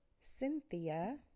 Cynthia